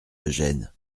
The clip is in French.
eugène